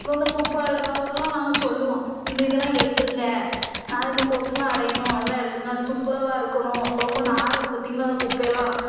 இப்போ அந்த குப்பை அள்ளுறவங்ககிட்டலாம் நாங்கள் சொல்லுவோம் இந்த இதெலாம் எடுத்துவிடுங்க இதனால் இந்த கொசுவெலாம் அடையும் அதெலாம் எடுத்துவிடுங்க அது துப்புரவாக இருக்கணும் ரொம்ப நாறுது பார்த்திங்களா அந்த குப்பையெல்லாம்